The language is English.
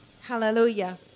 Hallelujah